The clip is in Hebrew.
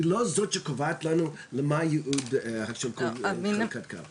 היא לא זאת שקובעת לנו מה היעוד של כל חלקת קרקע.